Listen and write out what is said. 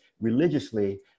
religiously